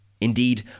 Indeed